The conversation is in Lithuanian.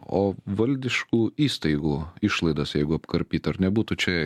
o valdiškų įstaigų išlaidas jeigu apkarpyt ar nebūtų čia